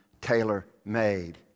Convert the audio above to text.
tailor-made